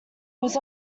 was